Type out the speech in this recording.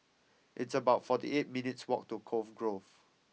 it's about fourty eight minutes' walk to Cove Grove